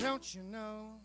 don't you know